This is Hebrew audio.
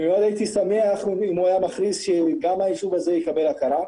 מאוד הייתי שמח אם הוא היה מכריז שגם היישוב הזה יקבל הכרה.